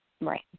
Right